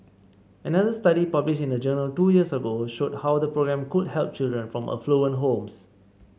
another study published in a journal two years ago showed how the programme could help children from affluent homes